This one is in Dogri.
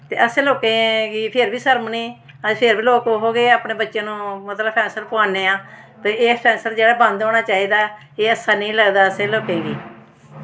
ते असें लोकें गी फिर बी शर्म निं अस फिर बी ओहो जे अपने बच्चें नू मतलब फैशन पोआन्ने आं ते एह् फैशन जेह्ड़ा बंद होना चाहिदा ऐ एह् अच्छा निं लगदा असें लोकें गी